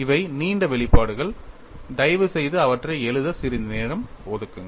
இவை நீண்ட வெளிப்பாடுகள் தயவுசெய்து அவற்றை எழுத சிறிது நேரம் ஒதுக்குங்கள்